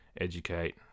educate